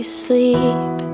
sleep